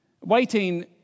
Waiting